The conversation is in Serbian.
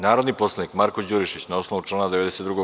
Narodni poslanik Marko Đurišić, na osnovu člana 92.